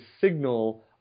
signal